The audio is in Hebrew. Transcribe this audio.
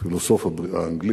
הפילוסוף האנגלי,